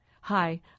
Hi